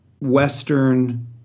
Western